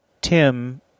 Tim